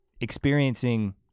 experiencing